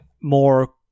more